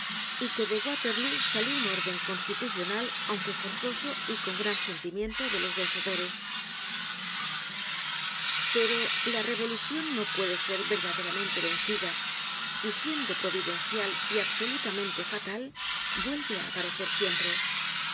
constitucional aunque forzoso y con gran sentimiento de los vencedores pero la revolucion no puede ser verdaderamente vencida y siendo providencial y absolutamente fatal vuelve á aparecer siempre